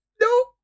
Nope